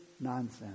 nonsense